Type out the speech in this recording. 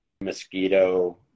mosquito